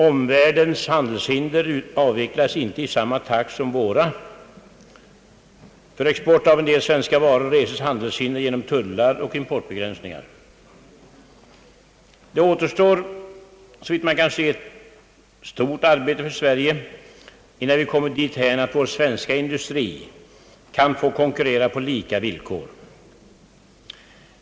Omvärldens handelshinder avvecklas inte i samma takt som våra. För export av en del svenska varor reses handelshinder genom tullar och importbegränsningar. Det återstår såvitt man kan se ett stort arbete för Sverige innan vi kommit dithän att vår industri kan få konkurrera på lika villkor.